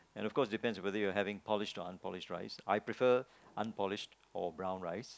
and of course depends on whether you're having polished or unpolished rice I prefer unpolished or brown rice